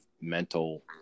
mental